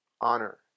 honor